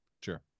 Sure